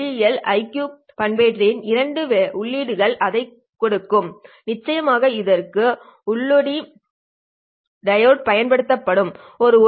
ஒளியியல் IQ பண்பேற்றியின் இரண்டு உள்ளீடுகளுக்கு இதைக் கொடுங்கள் நிச்சயமாக இதற்கு ஊடொளி டையோடு பயன்படுத்தப்படும் ஒரு ஒளியியல் ஏந்தின் தேவையும் உண்டு உண்மையான மற்றும் கற்பனை பாகங்கள் ஒளியியல் IQ பண்பேற்றியின் I மற்றும் Q உள்ளீடுகளுக்குள் செல்கின்றன